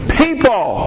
people